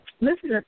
Listen